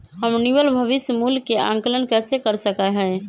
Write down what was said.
हम निवल भविष्य मूल्य के आंकलन कैसे कर सका ही?